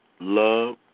love